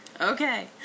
Okay